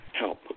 help